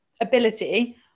ability